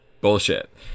bullshit